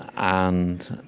and